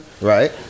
right